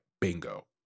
bingo